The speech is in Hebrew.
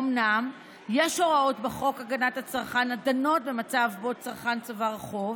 אומנם יש הוראות בחוק הגנת הצרכן שדנות במצב שבו צרכן צבר חוב,